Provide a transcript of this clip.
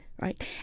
right